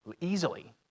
easily